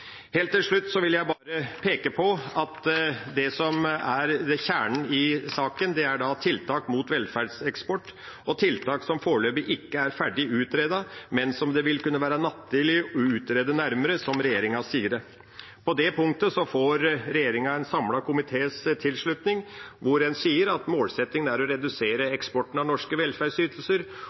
Helt til slutt vil jeg peke på at det som er kjernen i saken, er tiltak mot velferdseksport og «tiltak som foreløpig ikke er ferdig utredet, men som det vil kunne være naturlig å vurdere nærmere», som regjeringa sier det. På det punktet får regjeringa en samlet komités tilslutning, hvor en sier at målsettingen er «å redusere eksporten av norske velferdsytelser.